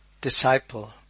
disciple